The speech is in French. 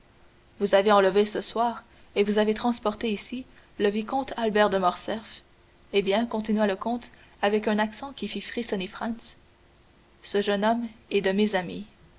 vous avez enlevé ce soir et vous avez transporté ici le vicomte albert de morcerf eh bien continua le comte avec un accent qui fit frissonner franz ce jeune homme est de mes amis